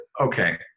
Okay